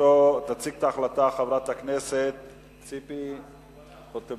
אני קובע שהצעת חוק סדר הדין הפלילי (סמכויות אכיפה,